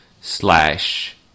slash